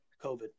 COVID